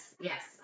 Yes